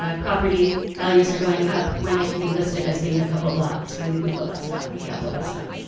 ah property values are going up when they can be listed as being a couple blocks from the google bus stop or the apple bus stop.